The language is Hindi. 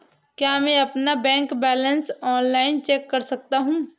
क्या मैं अपना बैंक बैलेंस ऑनलाइन चेक कर सकता हूँ?